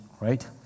right